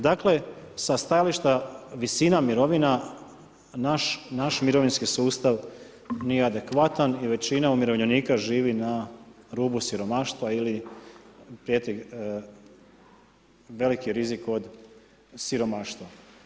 Dakle, sa stajališta visina mirovina, naš mirovinski sustav nije adekvatan i većina umirovljenika živi na rubu siromaštva ili prijeti veliki rizik od siromaštva.